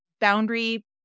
boundary